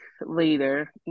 later